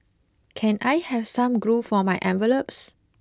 can I have some glue for my envelopes